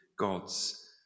God's